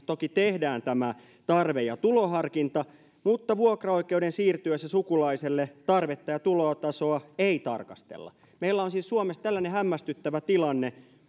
toki tehdään tämä tarve ja tuloharkinta mutta vuokraoikeuden siirtyessä sukulaiselle tarvetta ja tulotasoa ei tarkastella meillä on siis suomessa tällainen hämmästyttävä tilanne